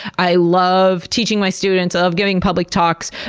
i love teaching my students, i love giving public talks,